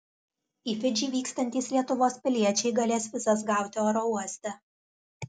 į fidžį vykstantys lietuvos piliečiai galės vizas gauti oro uoste